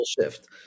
shift